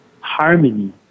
harmony